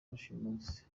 rushimusi